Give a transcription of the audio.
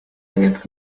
jak